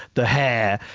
the hair,